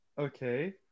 Okay